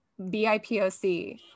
BIPOC